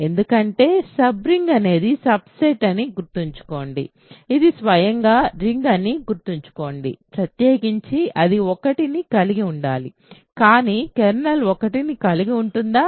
ఎందుకంటే sub ring అనేది subset అని గుర్తుంచుకోండి ఇది స్వయంగా రింగ్ అని గుర్తుంచుకోండి ప్రత్యేకించి అది 1ని కలిగి ఉండాలి కానీ కెర్నల్ 1ని కలిగి ఉంటుందా